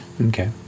Okay